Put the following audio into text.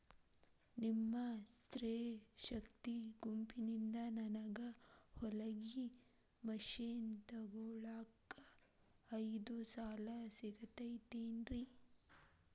ನಿಮ್ಮ ಸ್ತ್ರೇ ಶಕ್ತಿ ಗುಂಪಿನಿಂದ ನನಗ ಹೊಲಗಿ ಮಷೇನ್ ತೊಗೋಳಾಕ್ ಐದು ಸಾಲ ಸಿಗತೈತೇನ್ರಿ?